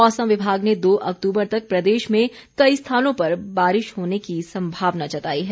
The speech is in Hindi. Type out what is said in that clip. मौसम विभाग ने दो अक्तूबर तक प्रदेश में कई स्थानों पर बारिश होने की संभावना जताई है